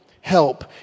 help